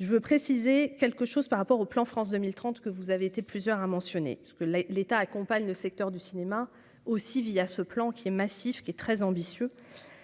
je veux préciser quelque chose par rapport au plan France 2030, que vous avez été plusieurs à mentionner ce que les l'État accompagne le secteur du cinéma aussi via ce plan qui est massif, qui est très ambitieux